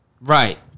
right